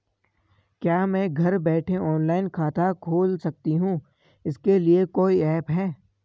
क्या मैं घर बैठे ऑनलाइन खाता खोल सकती हूँ इसके लिए कोई ऐप है?